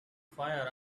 fire